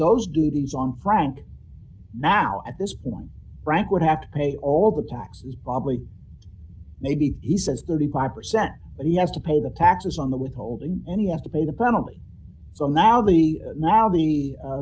those duties on frank now at this point frank would have to pay all the taxes probably maybe he says the reply percent but he has to pay the patches on the withholding n e f to pay the penalty so now the now the